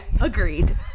Agreed